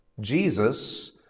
Jesus